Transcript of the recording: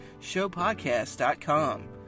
ShowPodcast.com